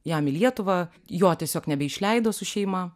jam į lietuvą jo tiesiog nebeišleido su šeima